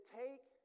take